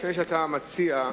לפני שאתה מציע,